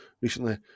recently